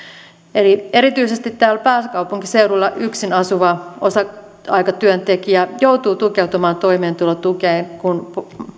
erityisesti täällä pääkaupunkiseudulla yksin asuva osa aikatyöntekijä joutuu tukeutumaan toimeentulotukeen kun